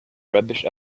rubbish